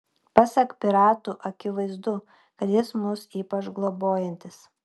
pasak piratų akivaizdu kad jis mus ypač globojantis